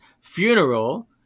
funeral